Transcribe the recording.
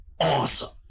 awesome